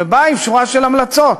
ובאה עם שורה של המלצות.